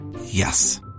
Yes